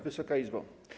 Wysoka Izbo!